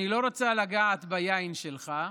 אני לא רוצה לגעת ביין שלך,